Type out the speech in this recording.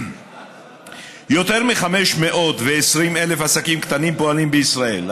יותר מ-520,000 עסקים קטנים פועלים בישראל.